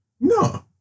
No